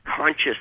conscious